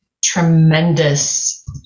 tremendous